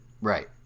Right